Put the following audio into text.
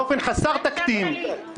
באופן חסר תקדים,